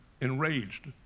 enraged